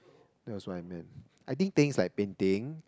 that was what I mean I think things like painting